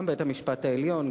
גם בית-המשפט העליון,